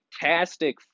fantastic